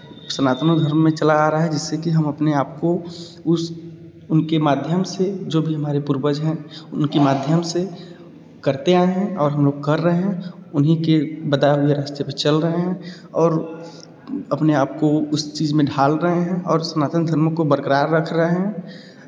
सनातनों धर्म में चला आ रहा है जिससे कि हम अपने आप को उस उनके माध्यम से जो भी हमारे पूर्वज है उनके माध्यम से करते आए हैं और हम लोग कर रहे हैं उन्हीं के बताए हुए रास्ते पे चल रहे हैं और अपने आप को उस चीज़ में ढाल रहे हैं और सनातन धर्म को बरक़रार रख रहे हैं